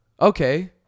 okay